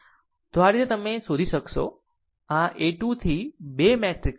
તો આ રીતે તમે શોધી શકશો આ a 2 થી 2 મેટ્રિક્સ છે